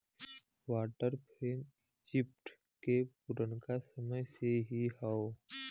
water frame Egypt के पुरनका समय से ही हौ